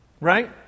right